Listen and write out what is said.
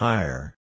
Higher